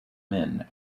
men